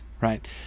right